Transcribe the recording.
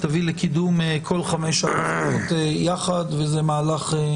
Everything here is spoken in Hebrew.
תביא לקידום כל חמש ההצעות יחד, וזה מהלך מבורך,